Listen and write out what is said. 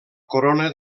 corona